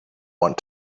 want